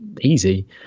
Easy